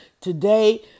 Today